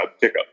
pickup